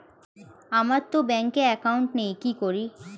আমারতো ব্যাংকে একাউন্ট নেই কি করি?